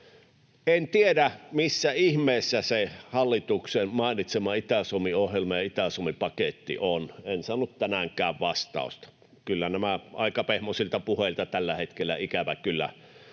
En tiedä, missä ihmeessä se hallituksen mainitsema Itä-Suomi-ohjelma ja Itä-Suomi-paketti on. En saanut tänäänkään vastausta. Kyllä nämä aika pehmoisilta puheilta tällä hetkellä ikävä kyllä